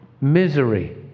misery